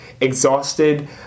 exhausted